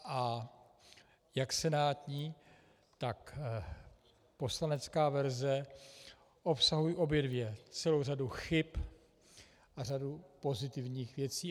A jak senátní, tak poslanecká verze obsahují obě dvě celou řadu chyb a řadu pozitivních věcí.